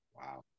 Wow